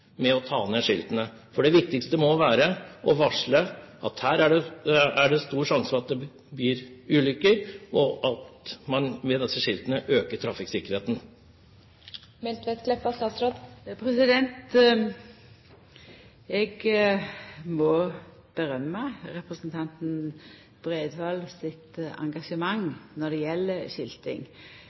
med å ta ned skiltene. Det viktigste må jo være å varsle at her er det stor risiko for at det blir ulykker, og at man med disse skiltene øker trafikksikkerheten. Eg må rosa representanten Bredvold for hans engasjement for skilting både når det